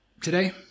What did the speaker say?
today